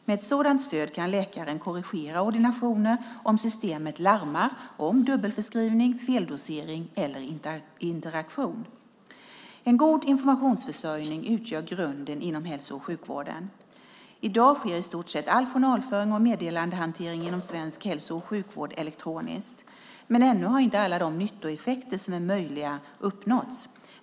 Med ett sådant stöd kan läkaren korrigera ordinationer om systemet larmar om dubbelförskrivning, feldosering eller interaktion. En god informationsförsörjning utgör grunden inom hälso och sjukvården. I dag sker i stort sett all journalföring och meddelandehantering inom svensk hälso och sjukvård elektroniskt. Men ännu har inte alla de nyttoeffekter som är möjliga uppnåtts.